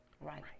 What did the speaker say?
right